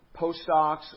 postdocs